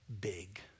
big